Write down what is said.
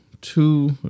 two